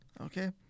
Okay